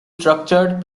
structured